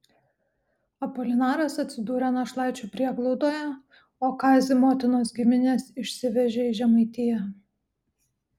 apolinaras atsidūrė našlaičių prieglaudoje o kazį motinos giminės išsivežė į žemaitiją